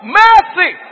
mercy